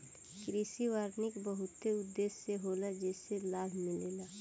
कृषि वानिकी बहुते उद्देश्य से होला जेइसे लाभ मिलेला